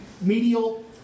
medial